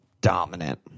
dominant